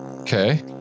Okay